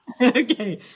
Okay